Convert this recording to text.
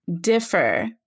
differ